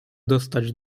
dostać